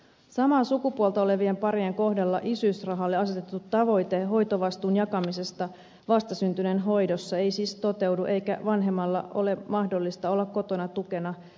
samaa sukupuolta olevien parien kohdalla isyysrahalle asetettu tavoite hoitovastuun jakamisesta vastasyntyneen hoidossa ei siis toteudu eikä vanhemmalla ole mahdollista olla kotona tukena synnytyksen jälkeen